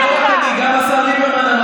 כי אני לא מאמין בצוות מררי.